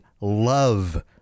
love